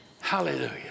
Hallelujah